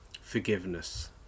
forgiveness